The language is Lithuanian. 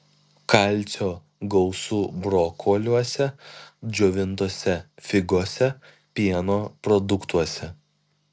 kalcio gausu brokoliuose džiovintose figose pieno produktuose